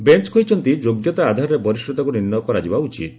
bench କହିଛନ୍ତି ଯୋଗ୍ୟତା ଆଧାରରେ ବରିଷତାକୁ ନିର୍ଷୟ କରାଯିବା ଉଚିତ୍